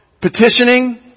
petitioning